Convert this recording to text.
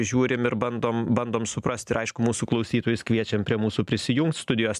žiūrim ir bandom bandom suprast aišku mūsų klausytojus kviečiam prie mūsų prisijungt studijos